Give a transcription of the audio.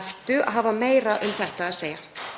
ættu að hafa meira um þetta að segja.